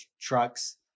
trucks